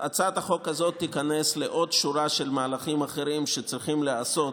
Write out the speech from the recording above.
הצעת החוק הזאת תיכנס לעוד שורה של מהלכים אחרים שצריכים להיעשות